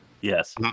Yes